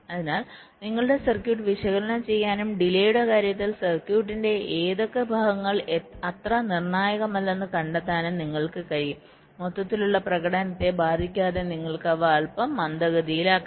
അതിനാൽ നിങ്ങളുടെ സർക്യൂട്ട് വിശകലനം ചെയ്യാനും ഡിലെയുടെ കാര്യത്തിൽ സർക്യൂട്ടിന്റെ ഏതൊക്കെ ഭാഗങ്ങൾ അത്ര നിർണായകമല്ലെന്ന് കണ്ടെത്താനും നിങ്ങൾക്ക് കഴിയും മൊത്തത്തിലുള്ള പ്രകടനത്തെ ബാധിക്കാതെ നിങ്ങൾക്ക് അവ അൽപ്പം മന്ദഗതിയിലാക്കാം